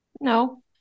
no